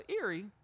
eerie